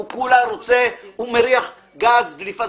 הוא מריח גז, דליפה.